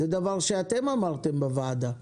זה דבר שאתם אמרתם בוועדה.